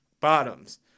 Bottoms